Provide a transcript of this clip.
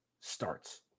starts